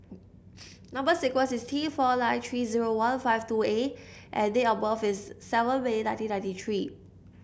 number sequence is T four nine three zero one five two A and date of birth is seven May nineteen ninety three